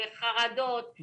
בחרדות,